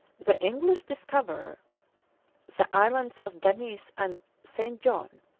the english discover the islands of denis and st. john.